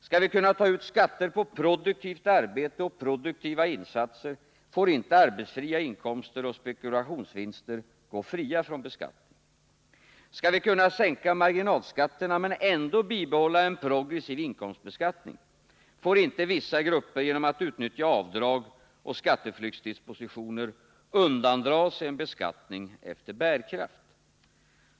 Skall vi kunna ta ut skatter på produktivt arbete och produktiva insatser får inte arbetsfria inkomster och spekulationsvinster gå fria från beskattning. Skall vi kunna sänka marginalskatterna men ändå bibehålla en progressiv inkomstbeskattning får inte vissa grupper genom att utnyttja avdrag och skatteflyktsdispositioner undandra sig en beskattning efter bärkraft.